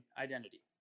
identity